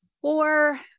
four